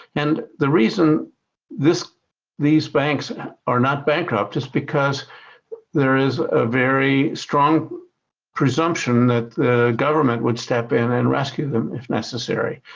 and the reason these banks are not bankrupt is because there is a very strong presumption that the government would step in and rescue them if necessary.